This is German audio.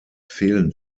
fehlen